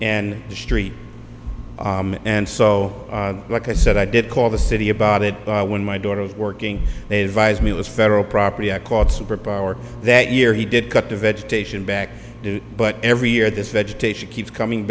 and the street and so like i said i did call the city about it when my daughter was working they devised me it was federal property i caught superpowered that year he did cut the vegetation back but every year this vegetation keeps coming